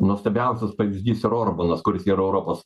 nuostabiausias pavyzdys ir orbanas kuris yra europos